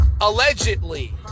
allegedly